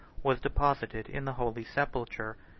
was deposited in the holy sepulchre,